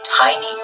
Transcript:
tiny